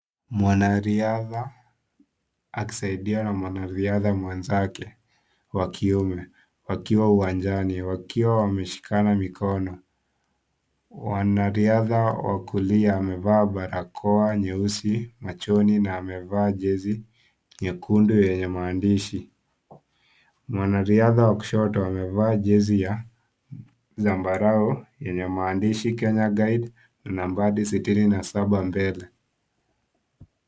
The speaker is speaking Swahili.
Mwanariadha akisaidiwa na mwanariadha mwenzake wa kiume wakiwa uwanjani wakiwa wameshikana mikono. Mwanariadha wa kulia amevaa barakoa nyeusi machoni na amevaa jezi nyekundu yenye maandishi. Mwanariadha wa kushoto amevaa jezi ya zambarau yenye maandishi Kenya guide na nambari 67 mbele.